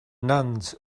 nuns